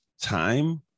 time